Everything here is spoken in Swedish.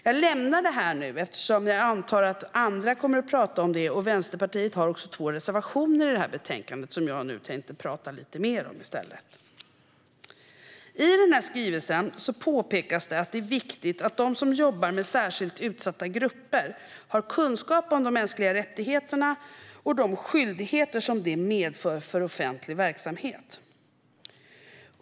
Jag lämnar detta nu eftersom jag antar att andra kommer att prata om det, och Vänsterpartiet har två reservationer i betänkandet som jag nu tänkte prata lite om i stället. I skrivelsen påpekas det att det är viktigt att de som jobbar med särskilt utsatta grupper har kunskap om de mänskliga rättigheterna och de skyldigheter de medför för offentlig verksamhet.